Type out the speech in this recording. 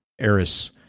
Eris